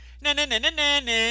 Na-na-na-na-na-na